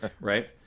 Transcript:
right